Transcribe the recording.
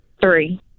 Three